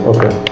Okay